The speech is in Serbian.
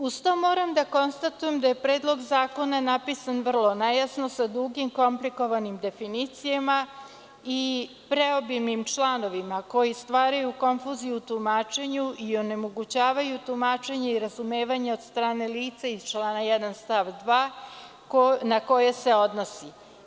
Uz to moram da konstatujem da je Predlog zakona napisan vrlo nejasno sa dugim komplikovanim definicijama i preobimnim članovima koji stvaraju konfuziju u tumačenju i onemogućavaju tumačenje i razumevanje od strane lica iz člana 1. stav 2. na koje se odnosi.